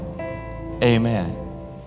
Amen